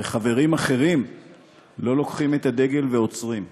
וחברים אחרים לא לוקחים את הדגל ועוצרים.